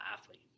athlete